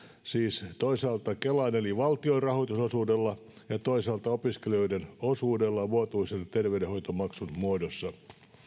siis toisaalta kelan eli valtion rahoitusosuudella ja toisaalta opiskelijoiden osuudella vuotuisen terveydenhoitomaksun muodossa